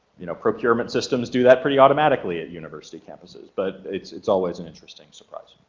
you know, procurement systems do that pretty automatically at university campuses, but it's it's always an interesting surprise.